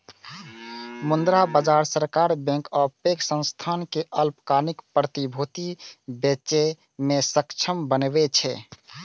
मुद्रा बाजार सरकार, बैंक आ पैघ संस्थान कें अल्पकालिक प्रतिभूति बेचय मे सक्षम बनबै छै